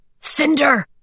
Cinder